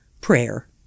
prayer